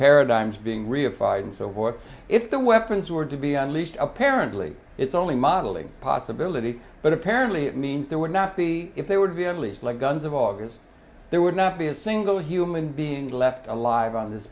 paradigms being reified and so forth if the weapons were to be unleashed apparently it's only modeling possibility but apparently it means there would not be if they would be unleashed like guns of august there would not be a single human being left alive on this